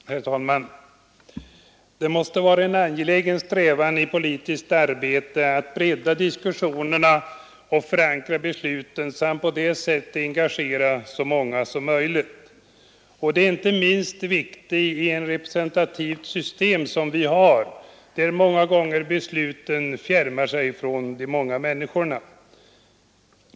Herr talman! Det måste vara en angelägen strävan i politiskt arbete att bredda diskussionen och förankra besluten samt på det sättet engagera så många som möjligt. Detta är inte minst viktigt i det representativa system vi har, där besluten många gånger tyvärr fjärmar sig från människorna.